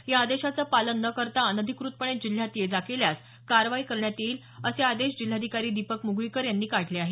या आदेशाचं पालन न करता अनधिकृतपणे जिल्ह्यात ये जा केल्यास कारवाई करण्यात येईल असे आदेश जिल्हाधिकारी दीपक म्गळीकर यांनी काढले आहेत